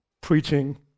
preaching